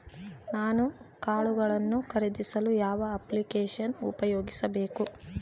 ನಾನು ಕಾಳುಗಳನ್ನು ಖರೇದಿಸಲು ಯಾವ ಅಪ್ಲಿಕೇಶನ್ ಉಪಯೋಗಿಸಬೇಕು?